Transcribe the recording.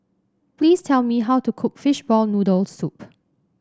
please tell me how to cook Fishball Noodle Soup